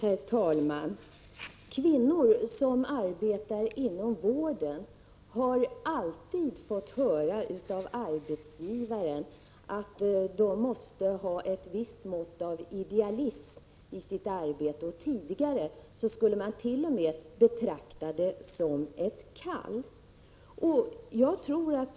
Herr talman! Kvinnor som arbetar inom vården har alltid fått höra av arbetsgivaren att de måste ha ett visst mått av idealism i sitt arbete. Tidigare skulle man t.o.m. betrakta det som ett kall.